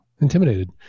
intimidated